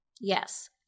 Yes